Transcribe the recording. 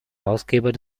herausgeber